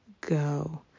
go